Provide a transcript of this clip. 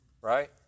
right